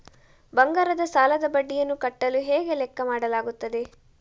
ಬಂಗಾರದ ಸಾಲದ ಬಡ್ಡಿಯನ್ನು ಕಟ್ಟಲು ಹೇಗೆ ಲೆಕ್ಕ ಮಾಡಲಾಗುತ್ತದೆ?